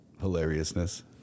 hilariousness